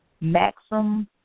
Maxim